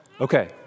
Okay